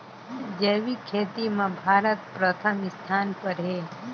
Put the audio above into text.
जैविक खेती म भारत प्रथम स्थान पर हे